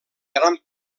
gran